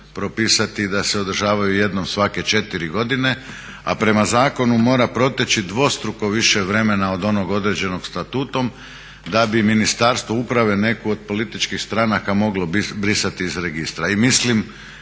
propisati da se održavaju jednom svake 4 godine, a prema zakonu mora proteći dvostruko više vremena od onog određenog statutom da bi Ministarstvo uprave neku od političkih stranaka moglo brisati iz registra.